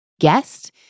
guest